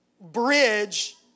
bridge